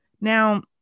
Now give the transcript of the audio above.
Now